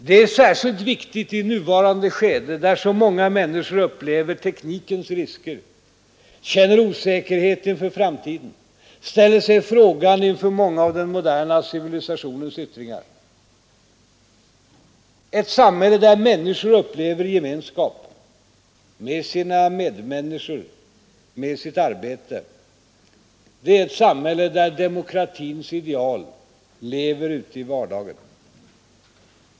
Det är särskilt viktigt i nuvarande skede, där så många människor upplever teknikens risker, känner osäkerhet inför framtiden, ställer sig frågande inför många av den moderna civilisationens yttringar. Ett samhälle där människor upplever gemenskap — med sina medmänniskor, med sitt arbete — det är ett samhälle där demokratins ideal lever ute i vardagen.